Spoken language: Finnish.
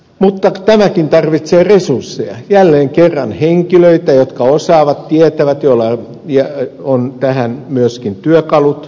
mutta tämäkin tarvitsee resursseja jälleen kerran henkilöitä jotka osaavat tietävät ja joilla on tähän myöskin työkalut